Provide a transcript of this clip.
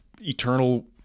eternal